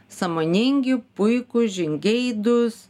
sąmoningi puikūs žingeidūs